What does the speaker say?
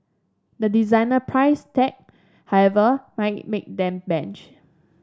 the designer price tag however might make them blanch